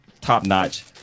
top-notch